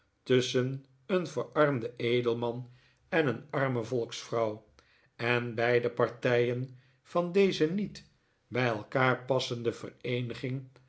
tusschen een verarmden edelman en een arme volksvrouw en beide partijen van deze niet bij elkaar passende vereeniging